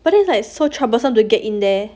but then it's like so troublesome to get in there